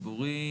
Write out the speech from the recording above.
זה יבורך.